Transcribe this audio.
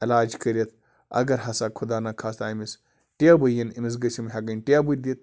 علاج کٔرِتھ اَگر ہَسا خدانَخواستہ أمِس ٹیبہٕ یِن أمِس گٔژھۍ یِم ہٮ۪کٕنۍ ٹیبہٕ دِتھ